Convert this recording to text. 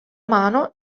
mano